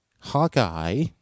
Hawkeye